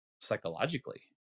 psychologically